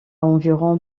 environ